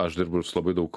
aš dirbu su labai daug